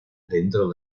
dentro